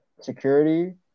security